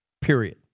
period